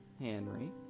Henry